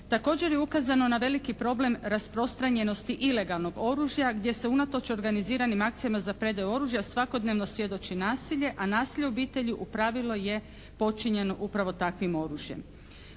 Također je ukazano na veliki problem rasprostranjenosti ilegalnog oružja gdje se unatoč organiziranim akcijama za predaju oružja svakodnevno svjedoči nasilje, a nasilje u obitelji u pravilu je počinjeno upravo takvim oružjem.